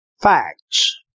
facts